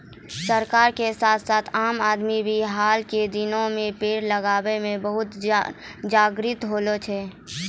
सरकार के साथ साथ आम आदमी भी हाल के दिनों मॅ पेड़ लगाय मॅ बहुत जागरूक होलो छै